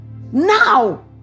Now